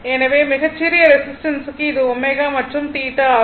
எனவே மிகச் சிறிய ரெசிஸ்டன்ஸுக்கு இது ω மற்றும் இது θ ஆகும்